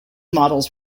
models